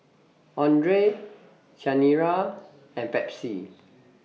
Andre Chanira and Pepsi